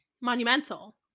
monumental